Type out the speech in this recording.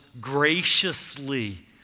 graciously